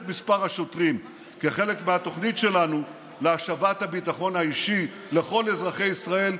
מספר השוטרים כחלק מהתוכנית שלנו להשבת הביטחון האישי לכל אזרחי ישראל,